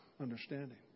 understanding